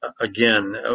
Again